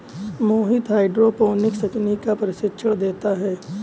मोहित hydroponics तकनीक का प्रशिक्षण देता है